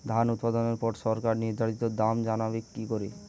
ধান উৎপাদনে পর সরকার নির্ধারিত দাম জানবো কি করে?